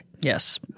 Yes